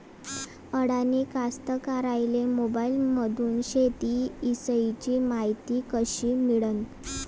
अडानी कास्तकाराइले मोबाईलमंदून शेती इषयीची मायती कशी मिळन?